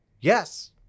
Yes